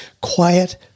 quiet